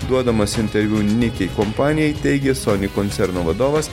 duodamas interviu niki kompanijai teigė sony koncerno vadovas